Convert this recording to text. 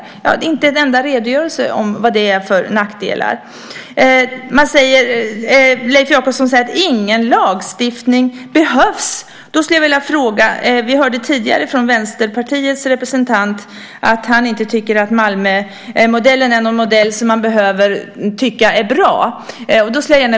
Det finns inte en enda redogörelse om vad det är för nackdelar. Leif Jakobsson säger att ingen lagstiftning behövs. Men vi hörde tidigare från Vänsterpartiets representant att han inte tycker att Malmömodellen är en modell som man behöver tycka är bra.